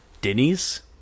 Denny's